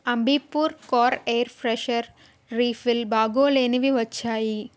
Ambi Pur car air freshener refill బాగోలేనివి వచ్చాయి